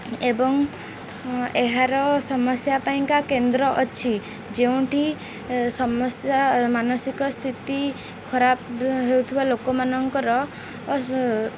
ଏବଂ ଏହାର ସମସ୍ୟା ପାଇଁକା କେନ୍ଦ୍ର ଅଛି ଯେଉଁଠି ସମସ୍ୟା ମାନସିକ ସ୍ଥିତି ଖରାପ ହେଉଥିବା ଲୋକମାନଙ୍କର